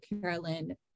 carolyn